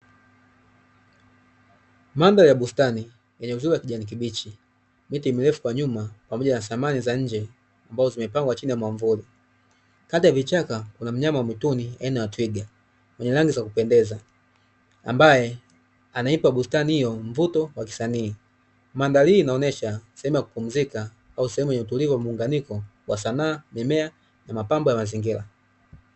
Mandhari ya bustani yenye uzuri wa kijani kibichi, miti mirefu kwa nyuma pamoja na samani za nje ambazo zimepangwa chini ya mwavuli. Kati ya vichaka kuna mnyama wa mwituni aina ya twiga ana rangi za kupendeza, anaipa mandhari hiyo mvuto wa kisanii. Mandhari hii inaonyesha sehemu ya kupumzika au sehemu yenye utulivu wa muunganiko wa sanaa, mimea na mapambo ya mazingira.